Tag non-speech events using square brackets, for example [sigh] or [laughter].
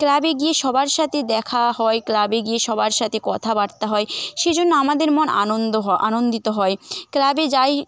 ক্লাবে গিয়ে সবার সাথে দেখা হয় ক্লাবে গিয়ে সবার সাথে কথাবার্তা হয় সেই জন্য আমাদের মন আনন্দ [unintelligible] আনন্দিত হয় ক্লাবে যাই